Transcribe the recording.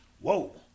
whoa